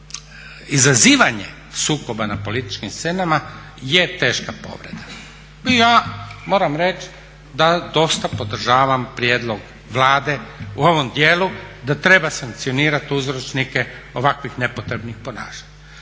izazivanje sukoba na političkim scenama je teška povreda. I ja moram reći da dosta podržavam prijedlog Vlade u ovom dijelu da treba sankcionirati uzročnike ovakvih nepotrebnih ponašanja.